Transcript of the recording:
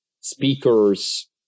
speakers